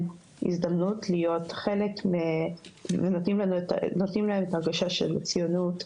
הזדמנות להיות חלק ונותנים להם את ההרגשה של ציונות,